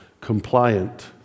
compliant